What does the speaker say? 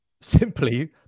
simply